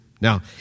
Now